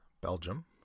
Belgium